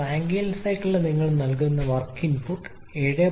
Rankine സൈക്കിളിന് നിങ്ങൾ നൽകുന്ന ഈ വർക്ക് ഇൻപുട്ട് 7